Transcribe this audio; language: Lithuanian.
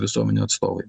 visuomenių atstovai